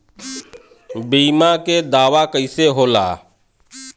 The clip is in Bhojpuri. बीमा के दावा कईसे होला?